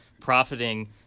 profiting